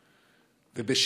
מינימלית.